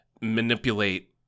manipulate